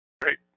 great